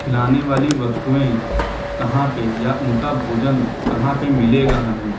खिलाने वाली वस्तुएँ कहाँ पर या उनका भोजन कहाँ पर मिलेगा हमें